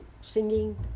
singing